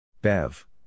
Bev